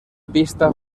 pista